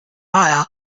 ārā